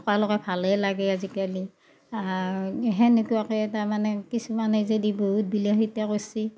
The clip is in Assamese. সকলোকে ভালে লাগে আজিকালি সেনেকুৱাকে তাৰমানে কিছুমানে যদি বহুত বিলাসীতা কৰছি